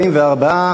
וההצלה),